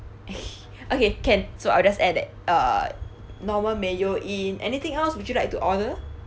okay okay can so I'll just add that uh normal mayo in anything else would you like to order